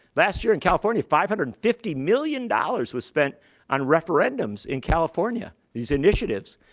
last year in california, five hundred and fifty million dollars was spent on referendums in california, these initiatives,